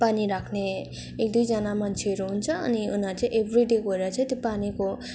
पानी राख्ने एक दुईजना मान्छेहरू हुन्छ अनि उनीहरू चाहिँ एभ्री डे गएर चाहिँ त्यो पानीको